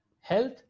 health